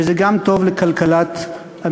וזה גם טוב לכלכלת המדינה.